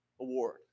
Award